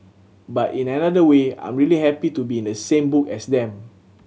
but in another way I'm really happy to be in the same book as them